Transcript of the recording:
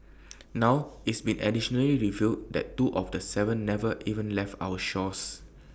now it's been additionally revealed that two of the Seven never even left our shores